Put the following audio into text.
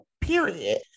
period